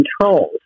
controlled